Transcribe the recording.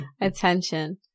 attention